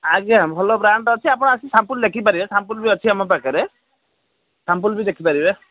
ଆଜ୍ଞା ଭଲ ବ୍ରାଣ୍ଡ ଅଛି ଆପଣ ସାମ୍ପଲ୍ ଦେଖିପାରିବେ ସାମ୍ପଲ୍ ବି ଅଛି ଆମ ପାଖରେ ସାମ୍ପଲ୍ ବି ଦେଖିପାରିବେ